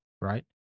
right